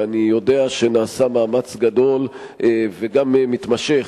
ואני יודע שנעשה מאמץ גדול וגם מתמשך,